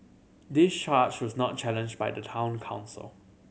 this charge was not challenged by the Town Council